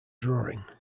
drawing